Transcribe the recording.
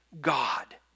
God